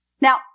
Now